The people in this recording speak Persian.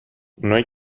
اونایی